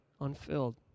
unfilled